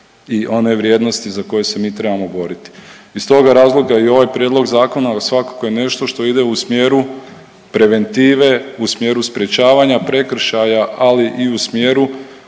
i one vrijednosti za koje se mi trebamo boriti. Iz toga razloga i ovaj prijedlog zakona svakako je nešto što ide u smjeru preventive, u smjeru sprječavanja prekršaja, ali i u smjeru